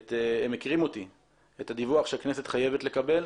- את הדיווח שהכנסת חייבת לקבל,